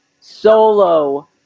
Solo